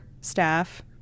staff